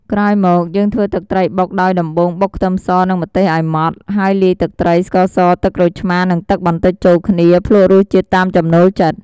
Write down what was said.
ក្រោយមក យើងធ្វើទឹកត្រីបុកដោយ ដំបូងបុកខ្ទឹមសនិងម្ទេសឱ្យម៉ដ្ឋ ហើយលាយទឹកត្រី ស្ករស ទឹកក្រូចឆ្មារ និងទឹកបន្តិចចូលគ្នា ភ្លក្សរសជាតិតាមចំណូលចិត្ត។